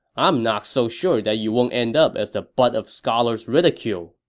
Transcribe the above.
i'm not so sure that you won't end up as the butt of scholars' ridicule,